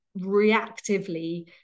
reactively